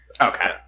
Okay